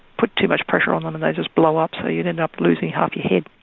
put too much pressure on them and they'd just blow up so you'd end up losing half your head.